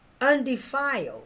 undefiled